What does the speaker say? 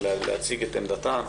ולהציג את עמדתם.